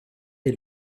est